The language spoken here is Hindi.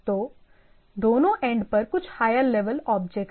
तो दोनों एंड पर कुछ हायर लेवल ऑब्जेक्ट हैं